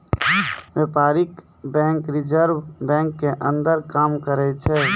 व्यपारीक bank reserve bank के अंदर काम करै छै